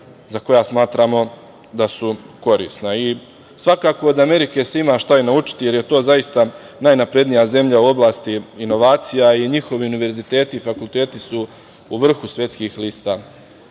za koja smatramo da su korisna. Svakako, od Amerike se ima šta naučiti, jer je to zaista najnaprednija zemlja u oblasti inovacija i njihovi univerziteti i fakulteti su u vrhu svetskih lista